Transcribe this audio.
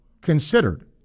considered